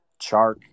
Chark